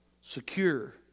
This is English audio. secure